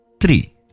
Three